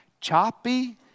choppy